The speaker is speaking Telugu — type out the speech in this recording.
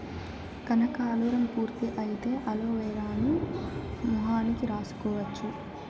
కనకాలురం పూర్తి అయితే అలోవెరాను మొహానికి రాసుకోవచ్చు